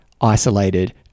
isolated